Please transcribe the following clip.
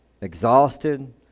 exhausted